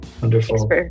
wonderful